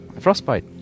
Frostbite